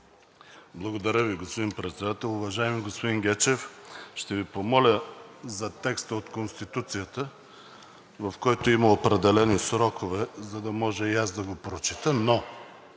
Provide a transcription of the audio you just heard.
Благодаря Ви, господин Председател. Уважаеми господин Гечев, ще Ви помоля за текста от Конституцията, в който има определени срокове, за да може и аз да го прочета. Но